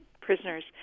prisoners